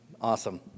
Awesome